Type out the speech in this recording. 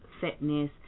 fitness